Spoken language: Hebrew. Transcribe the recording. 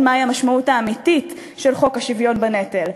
מהי המשמעות האמיתית של חוק השוויון בנטל: